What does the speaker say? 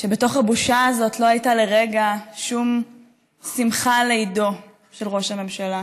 שבתוך הבושה הזאת לא הייתה לרגע שום שמחה לאידו של ראש הממשלה